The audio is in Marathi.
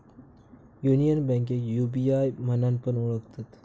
युनियन बैंकेक यू.बी.आय म्हणान पण ओळखतत